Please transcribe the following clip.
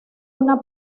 una